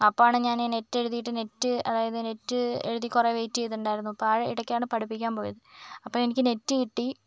അപ്പോൾ ആണ് ഞാൻ ഈ നെറ്റെഴുതിയിട്ട് നെറ്റ് അതായത് നെറ്റ് എഴുതി കുറെ വെയ്റ്റ് ചെയ്തിട്ടുണ്ടായിരുന്നു അപ്പോൾ ആ ഇടയ്ക്കാണ് പഠിപ്പിക്കാൻ പോയത് അപ്പോൾ എനിക്ക് നെറ്റ് കിട്ടി